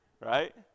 Right